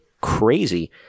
Crazy